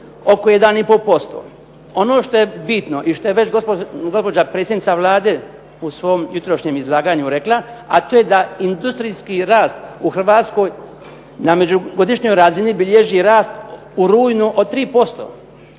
oko 1,5%. Ono što je bitno i što je već gospođa predsjednica Vlade u svom jutrošnjem izlaganju rekla, a to je da industrijski rast u Hrvatskoj na međugodišnjoj razini bilježi rast u rujnu od 3%,